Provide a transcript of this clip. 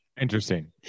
interesting